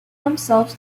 themselves